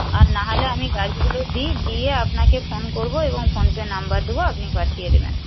আর নাহলে আমি গাছগুলো দিই দিয়ে আপনাকে ফোন করব এবং ফোনপে নাম্বার দেবো আপনি পাঠিয়ে দেবেন